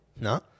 No